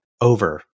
over